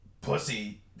pussy